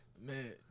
Man